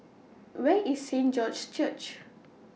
Where IS Saint George's Church